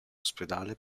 ospedale